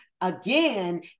again